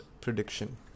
prediction